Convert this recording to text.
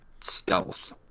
stealth